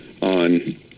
on